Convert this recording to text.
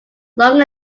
long